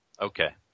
Okay